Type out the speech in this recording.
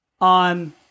on